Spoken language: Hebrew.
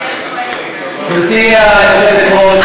גברתי היושבת-ראש,